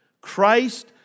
Christ